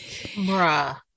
Bruh